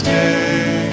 Stay